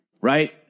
right